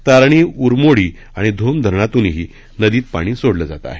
तारळी उरमोडी आणि धोम धरणातूनही नदीत पाणी सोडलं जात आहे